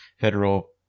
Federal